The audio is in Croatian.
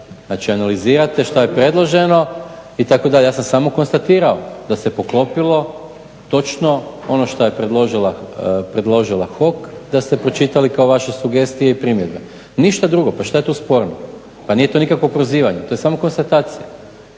Znači, analizirate što je predloženo itd. Ja sam samo konstatirao da se poklopilo točno ono što je predložio HOK da ste pročitali kao vaše sugestije i primjedbe. Ništa drugo, pa što je tu sporno? Pa nije to nikakvo prozivanje, to je samo konstatacija.